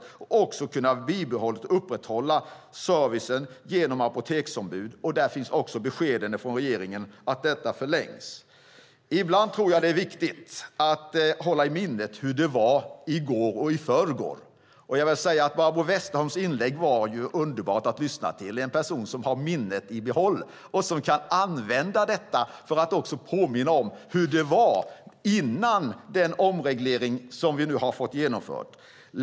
Servicen har också kunnat upprätthållas genom apoteksombud. Här finns också besked från regeringen att detta förlängs. Jag tror att det ibland är viktigt att hålla i minnet hur det var i går och i förrgår. Och Barbro Westerholms inlägg var ju underbart att lyssna till. Hon är en person som har minnet i behåll och som kan använda detta för att också påminna om hur det var före den omreglering som vi nu har fått genomförd.